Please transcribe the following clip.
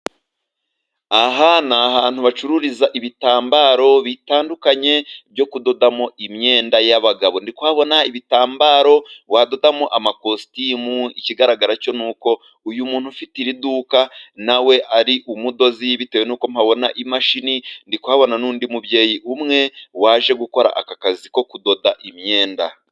Aha ni ahantu bacururiza ibitambaro bitandukanye byo kudodamo imyenda y'abagabo. Ndi kuhabona ibitambaro wadodamo amakositimu. Ikigaragara cyo ni uko uyu muntu ufite iri duka nawe ari umudozi, bitewe nuko mpabona imashini. Ndi kuhabona n'undi mubyeyi umwe waje gukora aka kazi ko kudoda imyenda.